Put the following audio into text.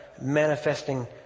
manifesting